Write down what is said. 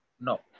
No